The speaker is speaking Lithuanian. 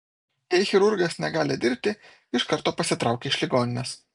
jei chirurgas negali dirbti iš karto pasitraukia iš ligoninės